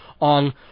on